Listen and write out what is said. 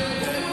העובדות,